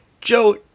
Joe